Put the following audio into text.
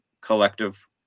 collective